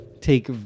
take